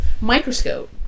microscope